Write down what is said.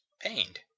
pained